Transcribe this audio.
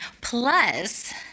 Plus